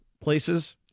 places